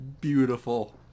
beautiful